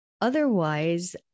Otherwise